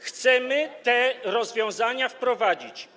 Chcemy te rozwiązania wprowadzić.